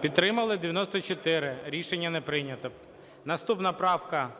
Підтримали 94. Рішення не прийнято. Наступна правка